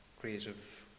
creative